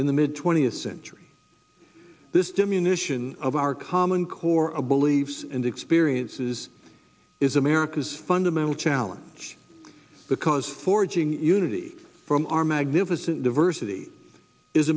in the mid twentieth century this diminish and of our common core a believes and experiences is america's fundamental challenge because forging unity from our magnificent diversity is